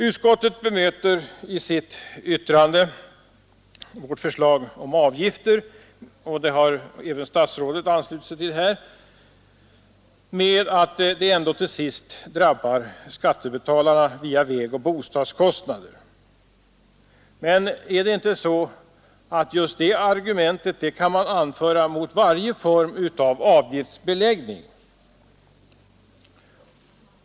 Utskottsmajoriteten bemöter vårt förslag om avgifter — och den ståndpunkten har även statsrådet anslutit sig till — med att sådana avgifter ändå till sist drabbar skattebetalarna via vägoch bostadskostnader. Kan inte det argumentet anföras mot varje form av avgiftsbeläggning?